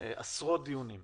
עשרות דיונים,